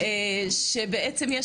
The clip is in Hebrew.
כשבעצם,